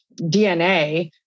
DNA